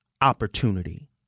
opportunity